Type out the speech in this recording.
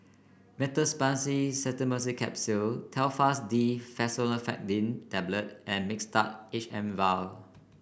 Meteospasmyl Simeticone Capsules Telfast D Fexofenadine Tablet and Mixtard H M vial